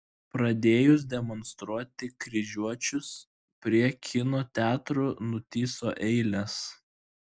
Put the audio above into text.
pradėjus demonstruoti kryžiuočius prie kino teatrų nutįso eilės